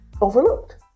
overlooked